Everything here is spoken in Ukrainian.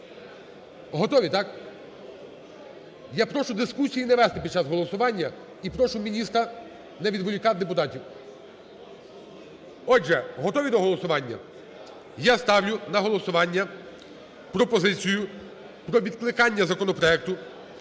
Готові, так? Я прошу дискусії не вести під час голосування. І прошу міністра не відволікати депутатів. Отже, готові до голосування? Я ставлю на голосування пропозицію про відкликання законопроекту